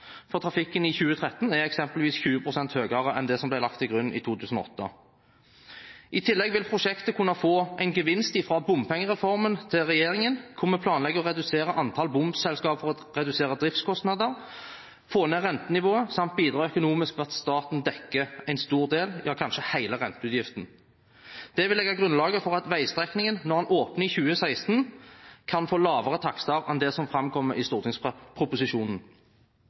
Trafikken i 2013 er eksempelvis 20 pst. høyere enn det som ble lagt til grunn i 2008. I tillegg vil prosjektet kunne få en gevinst fra bompengereformen til regjeringen, hvor vi planlegger å redusere antall bomselskaper for å redusere driftskostnader, få ned rentenivået samt bidra økonomisk ved at staten dekker en stor del av – ja, kanskje hele – renteutgiften. Det vil legge grunnlaget for at veistrekningen, når den åpner i 2016, kan få lavere takster enn det som framkommer i